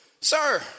sir